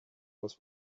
was